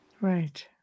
Right